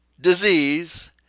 disease